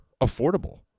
affordable